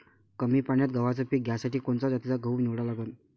कमी पान्यात गव्हाचं पीक घ्यासाठी कोनच्या जातीचा गहू निवडा लागन?